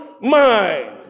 mind